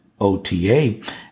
OTA